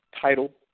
title